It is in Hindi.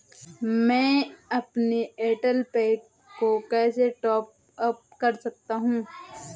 मैं अपने एयरटेल पैक को कैसे टॉप अप कर सकता हूँ?